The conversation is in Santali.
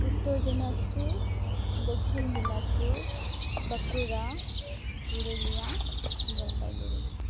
ᱩᱛᱛᱚᱨ ᱫᱤᱱᱟᱡᱽᱯᱩᱨ ᱫᱚᱠᱷᱤᱱ ᱫᱤᱱᱟᱡᱽᱯᱩᱨ ᱵᱟᱸᱠᱩᱲᱟ ᱯᱩᱨᱩᱞᱤᱭᱟᱹ ᱡᱚᱞᱯᱟᱭᱜᱩᱲᱤ